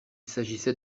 s’agissait